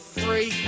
free